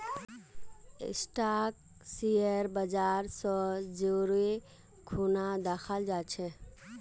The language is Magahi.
स्टाक शेयर बाजर स जोरे खूना दखाल जा छेक